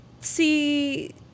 see